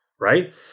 right